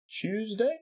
Tuesday